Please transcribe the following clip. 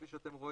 כפי שאתם רואים,